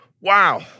Wow